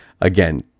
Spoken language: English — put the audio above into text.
again